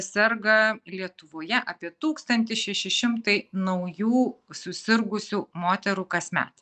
serga lietuvoje apie tūkstantis šeši šimtai naujų susirgusių moterų kasmet